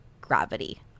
gravity